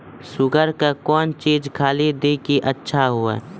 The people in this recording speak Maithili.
शुगर के कौन चीज खाली दी कि अच्छा हुए?